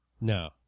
No